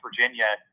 Virginia